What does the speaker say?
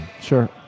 Sure